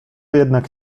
jednak